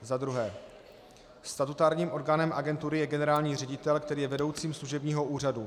(2) Statutárním orgánem agentury je generální ředitel, který je vedoucím služebního úřadu.